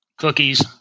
cookies